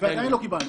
ועדיין לא קיבלנו.